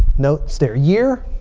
notes their year.